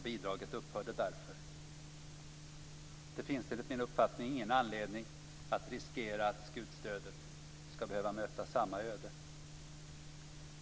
Bidraget upphörde därför. Enligt min uppfattning finns det ingen anledning att riskera att skutstödet skall behöva möta samma öde.